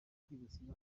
kwibasira